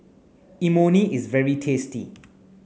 Imoni is very tasty